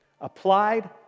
Applied